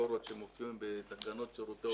הקטגוריות שמופיעות בתקנות שירותי הובלה.